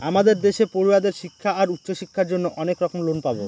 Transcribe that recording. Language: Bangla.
আমাদের দেশে পড়ুয়াদের শিক্ষা আর উচ্চশিক্ষার জন্য অনেক রকম লোন পাবো